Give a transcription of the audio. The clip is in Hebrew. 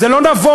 זה לא נבון,